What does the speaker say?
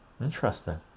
Interesting